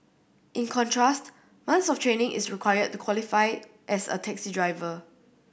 in contrast months of training is required to qualify as a taxi driver